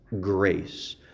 grace